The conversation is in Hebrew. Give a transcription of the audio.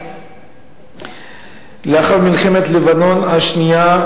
לאחר מלחמת לבנון השנייה,